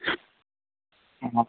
অঁ